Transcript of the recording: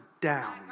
down